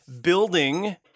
building